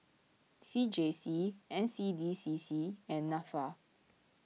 C J C N C D C C and Nafa